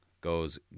goes